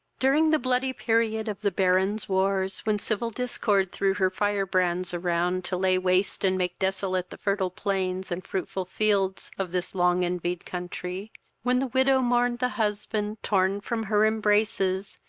during the bloody period of the barons' wars, when civil discord threw her fire-brands around, to lay waste and make desolate the fertile plains and fruitful fields of this long envied country when the widow mourned the husband torn from her embraces,